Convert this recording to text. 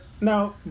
no